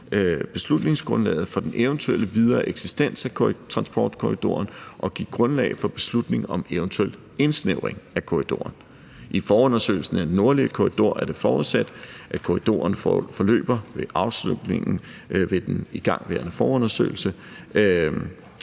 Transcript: beslutningsgrundlaget for den eventuelle videre eksistens af transportkorridoren og for at give grundlag for beslutningen om en eventuel indsnævring af korridoren. I forundersøgelsen af den nordlige korridor er det forudsat, at korridoren forløber ved afslutningen af en sydlig Ring